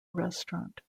restaurant